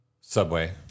Subway